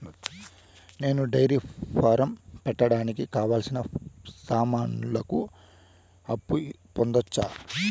నేను dairy farm పెట్టడానికి కావాల్సిన సామాన్లకు అప్పు పొందొచ్చా?